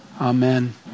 Amen